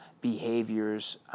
behaviors